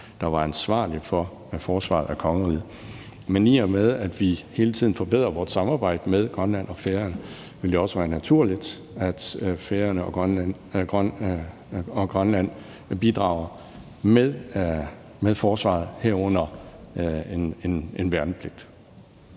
der var ansvarlig for forsvaret af kongeriget. Men i og med at vi hele tiden forbedrer vort samarbejde med Grønland og Færøerne, vil det også være naturligt, at Færøerne og Grønland bidrager til forsvaret, herunder med en værnepligt.